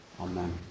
Amen